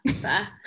fair